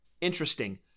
interesting